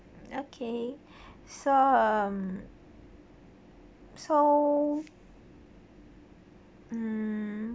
okay so um so mm